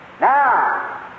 Now